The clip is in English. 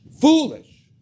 foolish